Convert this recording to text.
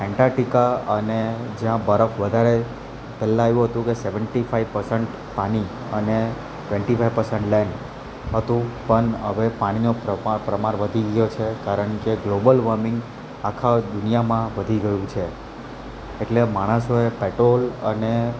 Antarctica અને જ્યાં બરફ વધારે પહેલાં એવું હતું કે સેવન્ટી ફાઇવ પસન્ટ પાણી અને ટ્વેન્ટી ફાઇવ પસન્ટ લેન્ડ હતું પણ હવે પાણીનો પ્રમા પ્રમાણ વધી ગયો છે કારણ કે ગ્લોબલ વોર્મિંગ આખા દુનિયામાં વધી ગયું છે એટલે માણસોએ પેટ્રોલ અને